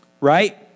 right